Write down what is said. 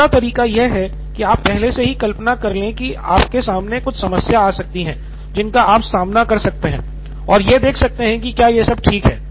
दूसरा तरीका यह है कि आप पहले से ही कल्पना कर लें कि आपके सामने कुछ समस्याएं आ सकती हैं जिनका आप सामना कर सकते हैं और यह देख सकते हैं कि क्या यह सब ठीक है